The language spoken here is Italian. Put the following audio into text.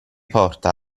porta